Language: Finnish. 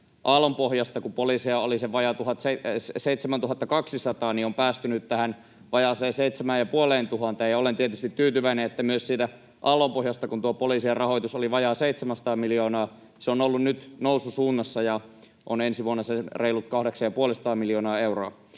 aallonpohjasta, kun poliiseja oli se vajaa 7 200, on päästy nyt tähän vajaaseen seitsemään‑ ja puoleentuhanteen, ja olen tietysti tyytyväinen, että myös siitä aallonpohjasta, kun tuo poliisien rahoitus oli vajaa 700 miljoonaa, on nyt oltu noususuunnassa ja se on ensi vuonna se reilut 850 miljoonaa euroa.